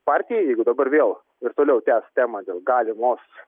partija jeigu dabar vėl ir toliau tęs temą dėl galimos